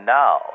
now